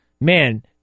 Man